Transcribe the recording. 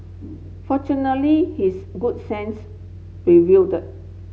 fortunately his good sense prevailed